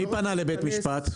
מי פנה לבית המשפט?